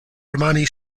romani